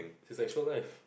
his actual life